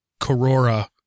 Corora